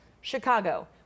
Chicago